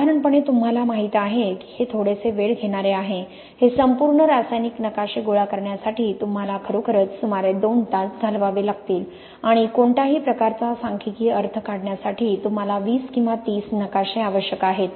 साधारणपणे तुम्हाला माहीत आहे की हे थोडेसे वेळ घेणारे आहे हे संपूर्ण रासायनिक नकाशे गोळा करण्यासाठी तुम्हाला खरोखरच सुमारे दोन तास घालवावे लागतील आणि कोणत्याही प्रकारचा सांख्यिकीय अर्थ काढण्यासाठी तुम्हाला 20 किंवा 30 नकाशे आवश्यक आहेत